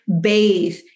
bathe